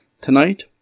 tonight